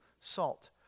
salt